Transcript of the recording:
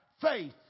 faith